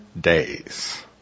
days